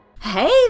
Hey